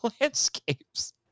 landscapes